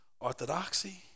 orthodoxy